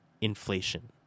inflation